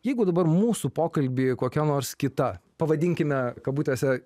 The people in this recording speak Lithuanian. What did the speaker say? jeigu dabar mūsų pokalby kokia nors kita pavadinkime kabutėse